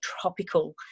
tropical